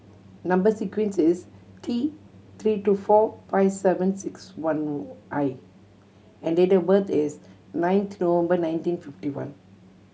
number sequence is T Three two four five seven six one I and date of birth is nine November nineteen fifty one